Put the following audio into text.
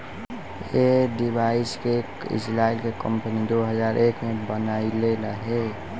ऐ डिवाइस के एक इजराइल के कम्पनी दो हजार एक में बनाइले रहे